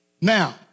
Now